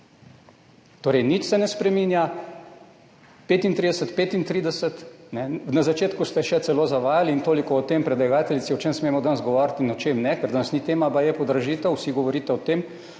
Torej, nič se ne spreminja, 35 – 35. Na začetku ste še celo zavajali in toliko o tem, predlagateljici, o čem smemo danes govoriti in o čem ne, ker danes baje ni tema podražitev, vsi govorite o tem.